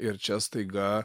ir čia staiga